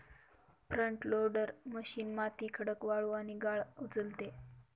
front loader machine माती, खडक, वाळू आणि गाळ उचलते